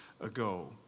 ago